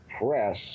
press